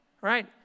Right